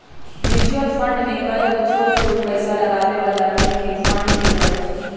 mutual fund में कयगो छोट छोट पइसा लगाबे बला मिल कऽ फंड के धरइ छइ